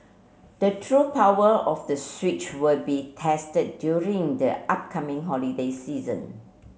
the true power of the Switch would be tested during the upcoming holiday season